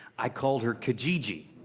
i called her kijiji.